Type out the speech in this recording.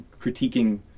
critiquing